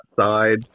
outside